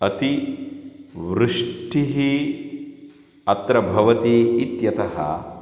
अतिवृष्टिः अत्र भवति इत्यतः